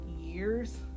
years